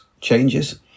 changes